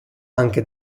anche